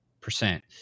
percent